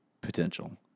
potential